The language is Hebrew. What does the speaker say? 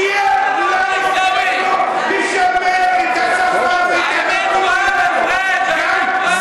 שיהיה לנו מקום לשמר את השפה ואת התרבות שלנו.